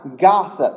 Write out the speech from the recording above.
gossip